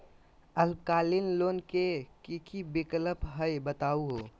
अल्पकालिक लोन के कि कि विक्लप हई बताहु हो?